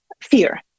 Fear